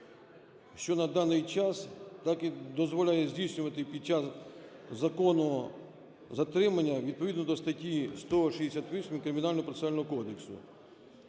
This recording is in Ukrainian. що наданий час, так і дозволяє здійснювати під час законного затримання відповідно до статті 168 Кримінально-процесуального кодексу.